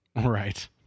right